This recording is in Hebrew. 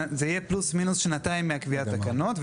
זה יהיה פלוס מינוס שנתיים מקביעות התקנות,